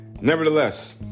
Nevertheless